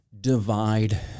divide